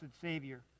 Savior